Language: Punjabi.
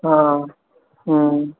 ਹਾਂ